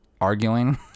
arguing